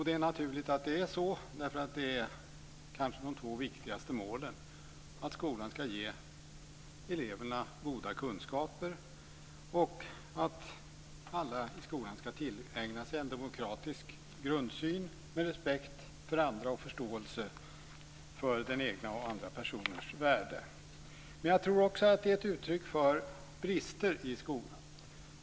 Det är naturligt att det är så, eftersom det kanske är de två viktigaste målen att skolan ska ge eleverna goda kunskaper och att alla i skolan ska tillägna sig en demokratisk grundsyn med respekt för andra och förståelse för den egna personens och andra personers värde. Men jag tror också att det är ett uttryck för brister i skolan.